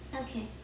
Okay